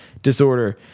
disorder